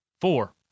Four